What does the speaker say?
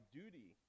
duty